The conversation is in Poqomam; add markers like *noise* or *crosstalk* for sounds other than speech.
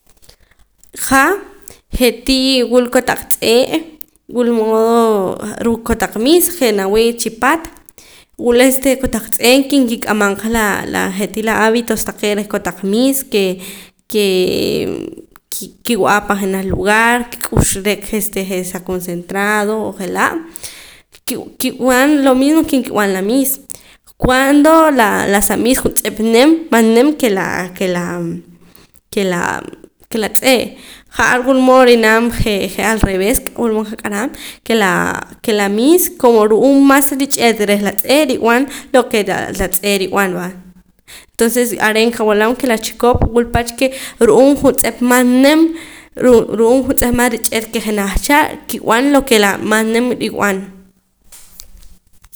Jaa je'tii wul kotaq tz'e' wulmood ruu' kotaq miis je' nawii' chipaat wula este kotaq tz'e' ke nkik'amam la laa je'tii la hábitos taqee' reh kotaq miis ke kee kiwa' pan jenaj lugaar nkik'ux re'ka este je' sa concentrado je'laa ki' kib'an lo mismo ke nkib'an la miis cuando la la sa miis juntz'ep nim mas nim ke la *hesitation* la tz'e' ja'ar wulmood ri'nam je' al revés wulmood qaq'aram ke la ke la miis como ru'uum mas rich'eet reh la tz'e' rib'an lo ke la tz'e' rib'an va tonces are' qawilam ke la chikop wulpach ke ru'uum juntz'ep mas nim ru'uum juntz'ep mas rich'eet ke jenaj cha kib'an lo ke la mas nim rib'an